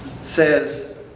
says